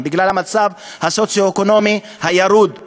בגלל המצב הסוציו-אקונומי הירוד שלהם,